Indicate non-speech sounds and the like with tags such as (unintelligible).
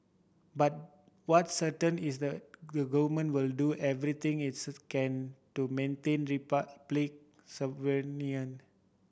but what's certain is the the government will do everything it's (unintelligible) can to maintain Republic (unintelligible)